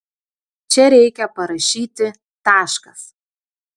čia reikia parašyti taškas